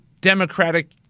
Democratic